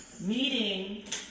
meeting